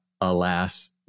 alas